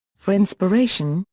for inspiration,